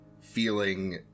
feeling